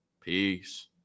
Peace